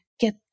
get